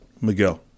Miguel